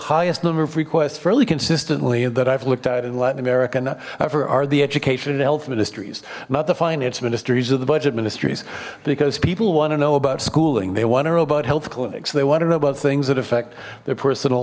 highest number of requests fairly consistently that i've looked at in latin american after are the education and health ministries not the finance ministry's are the budget ministries because people want to know about schooling they want to know about health clinics they wanted about things that affect their personal